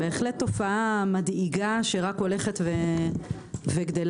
בהחלט תופעה מדאיגה שרק הולכת וגדלה.